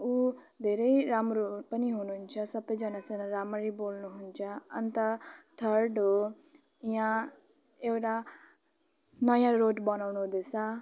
ऊ धेरै राम्रो पनि हुनुहुन्छ सबैजना सँग राम्ररी बोल्नुहुन्छ अन्त थर्ड हो यहाँ एउटा नयाँ रोड बनाउनु हुँदैछ